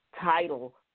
title